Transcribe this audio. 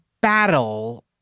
battle